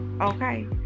okay